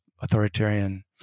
authoritarian